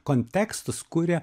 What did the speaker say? kontekstus kuria